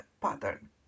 pattern